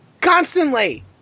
Constantly